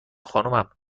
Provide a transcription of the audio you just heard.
خانومم